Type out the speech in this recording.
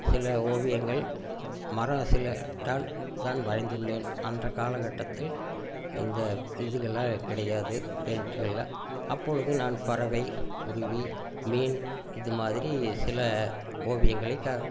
சில ஓவியங்கள் மரோ சிலத்தால் நான் வரைந்துள்ளேன் அன்றய காலகட்டத்தில் இந்த விதிகளாக கிடையாது பெயிண்ட்டுகள்ல அப்பொழுது நான் பறவை குருவி மீன் இது மாதிரி சில ஓவியங்களை க